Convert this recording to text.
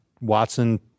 Watson